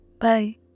Bye